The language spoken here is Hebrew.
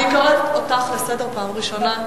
אני קוראת אותך לסדר פעם ראשונה.